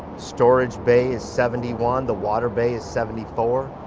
storage bay is seventy one, the water bay is seventy four,